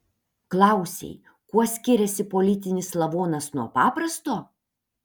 klausei kuo skiriasi politinis lavonas nuo paprasto